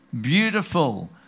Beautiful